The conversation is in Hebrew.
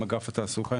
עם אגף התעסוקה,